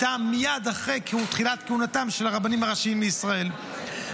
מייד אחרי תחילת כהונתם של הרבנים הראשיים לישראל,